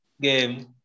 game